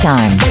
Time